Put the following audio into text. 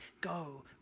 Go